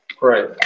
Right